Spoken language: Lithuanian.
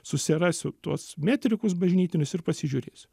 susirasiu tuos metrikus bažnytinius ir pasižiūrėsiu